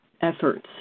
efforts